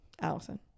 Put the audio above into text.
allison